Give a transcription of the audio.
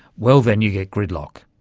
well, then you get gridlock.